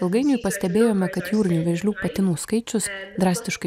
ilgainiui pastebėjome kad jūrinių vėžlių patinų skaičius drastiškai